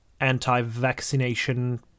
anti-vaccination